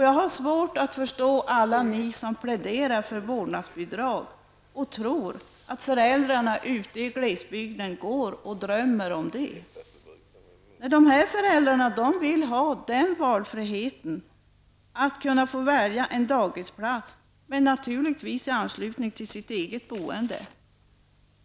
Jag har svårt att förstå alla som pläderar för vårdnadsbidrag och tror att föräldrarna ute i glesbygden går och drömmer om det. Nej, dessa föräldrar vill ha den valfrihet som innebär att de kan välja en dagisplats, men det skall naturligtvis vara i anslutning till det egna boendet.